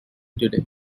today